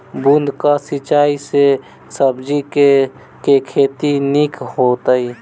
बूंद कऽ सिंचाई सँ सब्जी केँ के खेती नीक हेतइ?